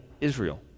Israel